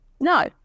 No